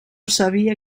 sabia